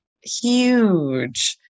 huge